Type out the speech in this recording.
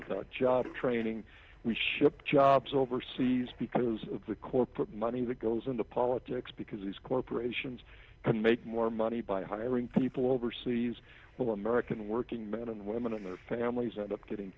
and job training we ship jobs overseas because of the corporate money that goes into politics because these corporations can make more money by hiring people overseas the american working men and women and their families and up getting